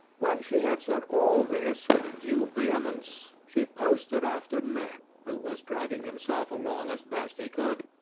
when she had said all this with due vehemence, she posted after ned, who was dragging himself along as best he could,